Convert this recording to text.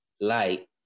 light